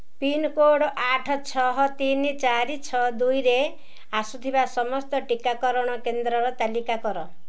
pincode ଆଠ ଛଅ ତିନି ଚାରି ଛଅ ଦୁଇରେ ଆସୁଥିବା ସମସ୍ତ ଟିକାକରଣ କେନ୍ଦ୍ରର ତାଲିକା କର